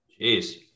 Jeez